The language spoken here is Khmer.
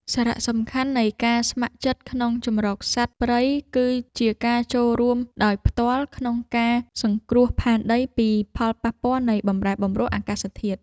សារៈសំខាន់នៃការស្ម័គ្រចិត្តក្នុងជម្រកសត្វព្រៃ គឺជាការចូលរួមដោយផ្ទាល់ក្នុងការសង្គ្រោះផែនដីពីផលប៉ះពាល់នៃបម្រែបម្រួលអាកាសធាតុ។